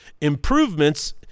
Improvements